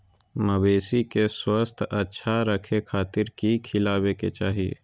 मवेसी के स्वास्थ्य अच्छा रखे खातिर की खिलावे के चाही?